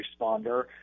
responder